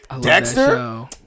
Dexter